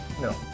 No